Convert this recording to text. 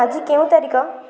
ଆଜି କେଉଁ ତାରିଖ